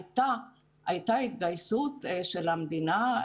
הייתה התגייסות של המדינה,